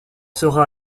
sera